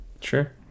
Sure